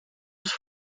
als